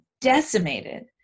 decimated